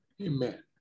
Amen